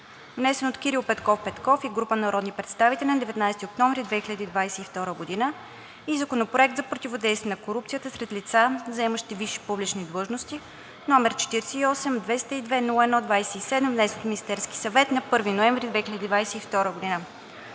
внесен от Кирил Петков Петков и група народни представители на 19 октомври 2022 г., и Законопроект за противодействие на корупцията сред лица, заемащи висши публични длъжности, № 48-202-01-27, внесен от Министерския съвет на 1 ноември 2022 г.